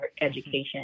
education